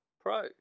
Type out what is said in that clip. Pro